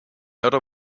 other